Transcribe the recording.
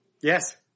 yes